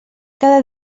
cada